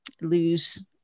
lose